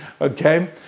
Okay